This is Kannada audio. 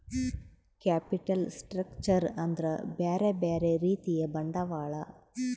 ಕ್ಯಾಪಿಟಲ್ ಸ್ಟ್ರಕ್ಚರ್ ಅಂದ್ರ ಬ್ಯೆರೆ ಬ್ಯೆರೆ ರೀತಿಯ ಬಂಡವಾಳ